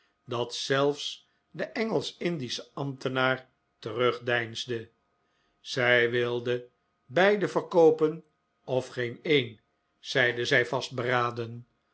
dat zelfs de engelsch indische ambtenaar terugdeinsde zij wilde beide verkoopen of geeneen zeide zij vastberaden